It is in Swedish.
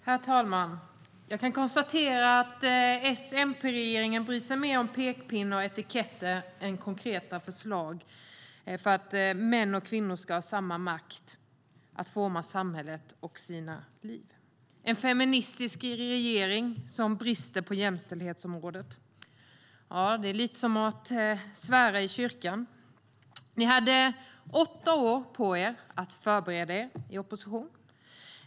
Herr talman! Jag kan konstatera att S-MP-regeringen bryr sig mer om pekpinnar och etiketter än om konkreta förslag för att män och kvinnor ska ha samma makt att forma samhället och sina liv. Det är en feministisk regering som brister på jämställdhetsområdet - det är lite som att svära i kyrkan. Ni hade i opposition åtta år på er att förbereda er.